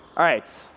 right.